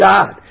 God